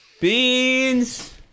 Beans